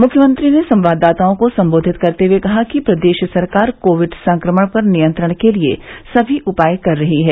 मुख्यमंत्री ने संवाददाताओं को सम्बोधित करते हये कहा कि प्रदेश सरकार कोविड संक्रमण पर नियंत्रण के लिये सभी उपाय कर रही है